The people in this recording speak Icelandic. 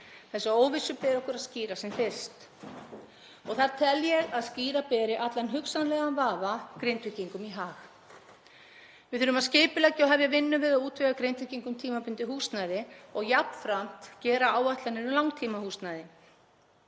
Þessa óvissu ber okkur að skýra sem fyrst og þar tel ég að skýra beri allan hugsanlegan vafa Grindvíkingum í hag. Við þurfum að skipuleggja og hefja vinnu við að útvega Grindvíkingum tímabundið húsnæði og jafnframt gera áætlanir um langtímahúsnæði.